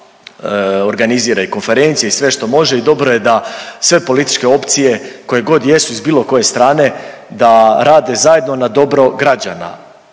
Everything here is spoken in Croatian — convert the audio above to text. organizira i konferencije i sve što može i dobro je da sve političke opcije koje god jesu iz bilo koje strane, da rade zajedno na dobro građana.